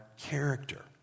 character